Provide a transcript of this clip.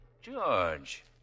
George